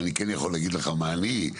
אבל אני כן יכול להגיד לך מה אני,